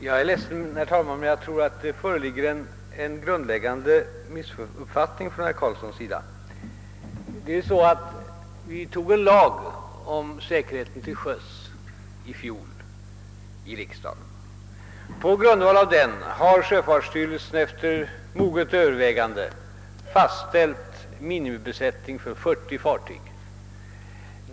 Herr talman! Tyvärr har nog herr Carlsson i grunden missuppfattat denna fråga. I fjol antog riksdagen en lag om säkerheten till sjöss. På grundval av denna lag har sjöfartsstyrelsen efter moget övervägande fastställt minimibemanning för 40 fartyg.